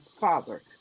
father